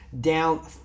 down